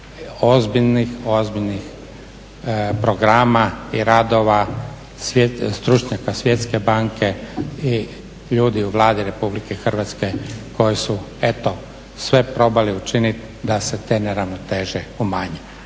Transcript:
ozbiljnih programa i radova stručnjaka Svjetske banke i ljudi u Vladi RH koji su eto sve probali učiniti da se te neravnoteže umanje.